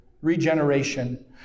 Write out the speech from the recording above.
regeneration